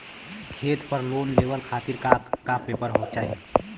खेत पर लोन लेवल खातिर का का पेपर चाही?